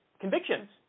Convictions